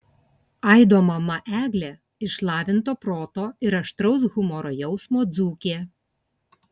aido mama eglė išlavinto proto ir aštraus humoro jausmo dzūkė